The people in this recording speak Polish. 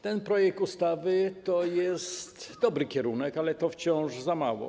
Ten projekt ustawy to jest dobry kierunek, ale to wciąż za mało.